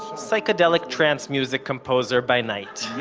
psychedelic-trance music composer by night